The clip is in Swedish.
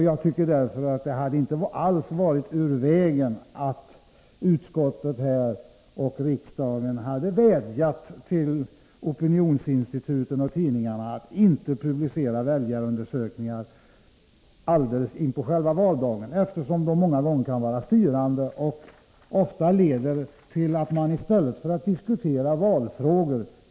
Jag tycker därför att det inte alls hade varit ur vägen att utskottet och riksdagen vädjat till opinionsinstituten och tidningarna att inte publicera väljarundersökningar alldeles in på själva valdagen. Sådana undersökningar kan många gånger verka styrande och leder ofta till att man diskuterar opinionsläget i stället för att diskutera valfrågorna.